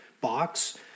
box